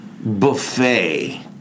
buffet